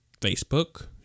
Facebook